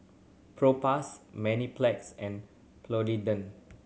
Propass Mepilex and Polident